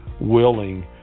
willing